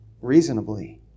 reasonably